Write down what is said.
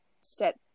set